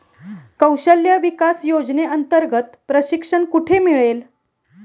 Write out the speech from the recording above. कौशल्य विकास योजनेअंतर्गत प्रशिक्षण कुठे मिळेल?